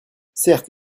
certes